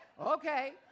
okay